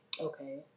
okay